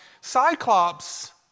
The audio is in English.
Cyclops